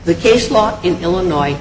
the case law in illinois